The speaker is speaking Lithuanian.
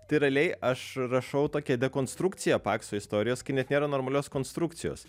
tai realiai aš rašau tokią dekonstrukciją pakso istorijos kai net nėra normalios konstrukcijos